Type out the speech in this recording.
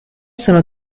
sono